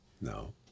No